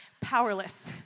Powerless